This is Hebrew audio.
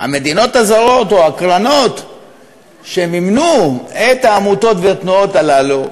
המדינות הזרות או הקרנות שמימנו את העמותות ואת התנועות הללו,